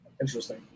Interesting